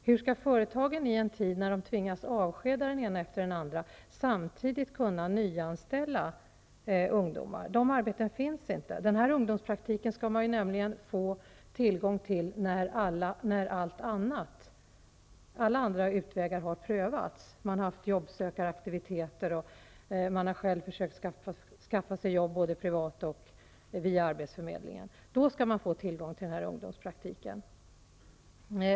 Hur skall företagarna i en tid då de tvingas avskeda den ena personen efter den andra samtidigt kunna nyanställa ungdomar. Sådana arbeten finns inte. Den här ungdomspraktiken skall man nämligen få tillgång till när alla andra utvägar har prövats, som att man har haft jobbsökaraktiviteter, att man själv har försökt att skaffa sig jobb både privat och genom arbetsförmedlingen. Först därefter skall man kunna få tillgång till denna ungdomspraktik.